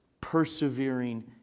persevering